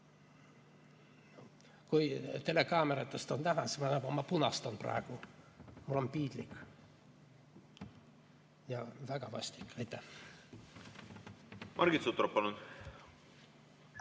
Kui telekaameratest on näha – ma punastan praegu, mul on piinlik ja väga vastik. Aitäh! Margit Sutrop,